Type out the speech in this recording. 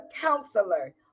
counselor